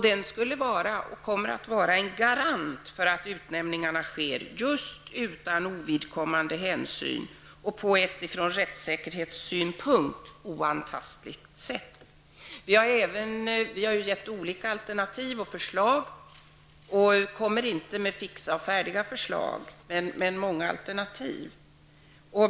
Den skulle vara en garant för att utnämningarna sker utan att ovidkommande hänsyn tas och på ett från rättssäkerhetssynpunkt oantastligt sätt. Vi kommer inte med fixa och färdiga förslag utan ger många alternativ.